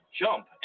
jump